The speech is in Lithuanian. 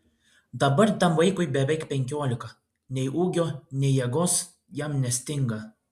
dabar tam vaikui beveik penkiolika nei ūgio nei jėgos jam nestinga